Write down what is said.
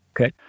Okay